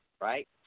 right